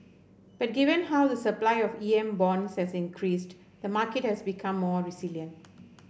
but given how the supply of E M bonds has increased the market has become more resilient